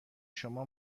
شما